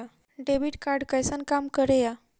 Debit card कैसन काम करेया?